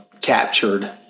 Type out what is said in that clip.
captured